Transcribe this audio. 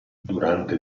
durante